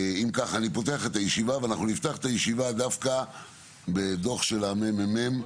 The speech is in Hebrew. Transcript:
נפתח את הישיבה בדוח של הממ"מ.